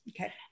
Okay